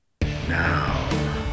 Now